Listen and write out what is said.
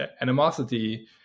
animosity